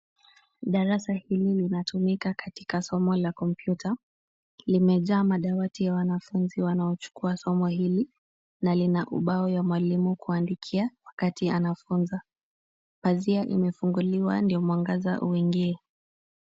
Darasa hili linatumika katika somo la kompyuta. Limejaa madawati ya wanafunzi wanaochukua somo hili na lina ubao ya mwalimu kuandikia wakati anafunza. Pazia imefunguliwa ndio mwangaza uingie.